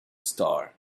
star